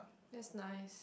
that's nice